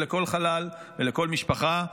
לכל חלל ולכל משפחה,